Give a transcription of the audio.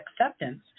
acceptance